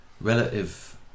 relative